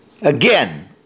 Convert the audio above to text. Again